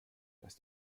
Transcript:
dass